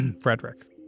Frederick